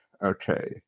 Okay